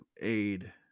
aid